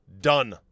Done